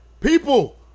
People